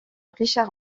richard